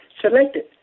selected